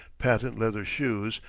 patent-leather shoes,